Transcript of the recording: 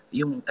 yung